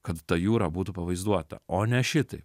kad ta jūra būtų pavaizduota o ne šitaip